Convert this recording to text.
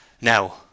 Now